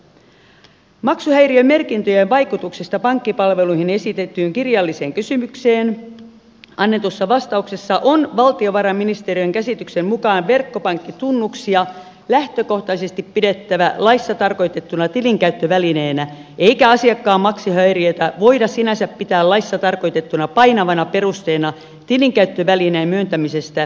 vastauksessa joka annettiin maksuhäiriömerkintöjen vaikutuksesta pankkipalveluihin esitettyyn kirjalliseen kysymykseen on valtiovarainministeriön käsityksen mukaan verkkopankkitunnuksia lähtökohtaisesti pidettävä laissa tarkoitettuna tilinkäyttövälineenä eikä asiakkaan maksuhäiriötä voida sinänsä pitää laissa tarkoitettuna painavana perusteena tilinkäyttövälineen myöntämisestä kieltäytymiseen